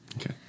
Okay